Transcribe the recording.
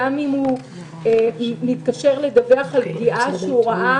גם אם הוא מתקשר לדווח על פגיעה שהוא ראה